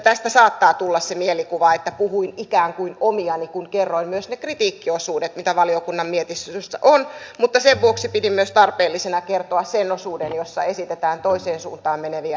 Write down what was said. tästä saattaa tulla se mielikuva että puhuin ikään kuin omiani kun kerroin myös ne kritiikkiosuudet mitä valiokunnan mietinnössä on mutta pidin tarpeellisena kertoa myös sen osuuden jossa esitetään toiseen suuntaan meneviä näkemyksiä